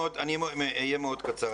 אהיה מאוד קצר.